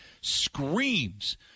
screams